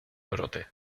brote